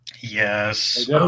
Yes